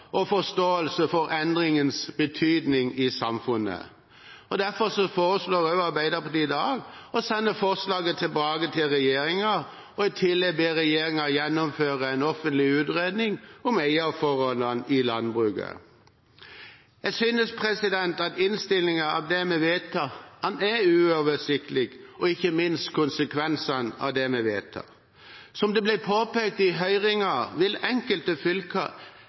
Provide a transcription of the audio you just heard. og forståelse for endringens betydning i samfunnet. Derfor foreslår også Arbeiderpartiet i dag å sende forslaget tilbake til regjeringen og i tillegg be regjeringen gjennomføre en offentlig utredning om eierforholdene i landbruket. Jeg synes at innstillingen til det vi vedtar, er uoversiktlig – og ikke minst konsekvensene av det vi vedtar. Som det ble påpekt i høringen, vil enkelte fylker